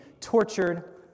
tortured